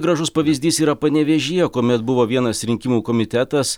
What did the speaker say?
gražus pavyzdys yra panevėžyje kuomet buvo vienas rinkimų komitetas